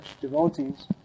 devotees